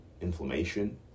inflammation